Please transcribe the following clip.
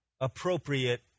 appropriate